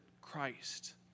Christ